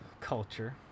culture